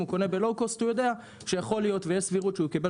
אם הוא קונה ב-לאו קוסט הוא יודע שיכול להיות ויש סבירות שהוא יקבל